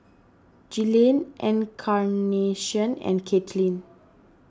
Glynn Encarnacion and Katelin